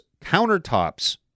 countertops